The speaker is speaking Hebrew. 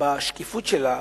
בשקיפות שלה,